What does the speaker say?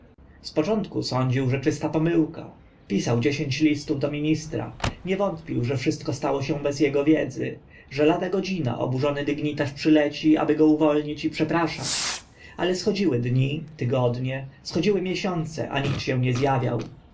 początku sądził że czysta pomyłka pisał dziesięć listów do ministra nie wątpił że wszystko stało się bez ego wiedzy że lada godzina oburzony dygnitarz przyleci aby go uwolnić i przepraszać ale schodziły dni tygodnie schodziły miesiące a nikt się nie z